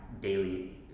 daily